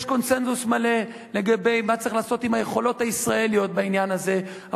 יש קונסנזוס מלא לגבי מה צריך לעשות עם היכולות הישראליות בעניין הזה.